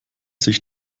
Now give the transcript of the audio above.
sich